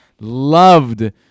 loved